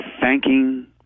thanking